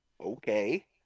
okay